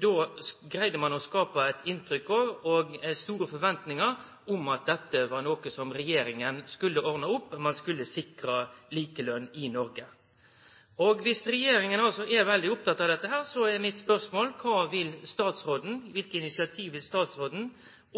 då greidde man å skape eit inntrykk av – og store forventningar om – at dette var noko som regjeringa skulle ordne opp i, ein skulle sikre likelønn i Noreg. Dersom regjeringa altså er veldig oppteken av dette, så er mitt spørsmål: Kva vil statsråden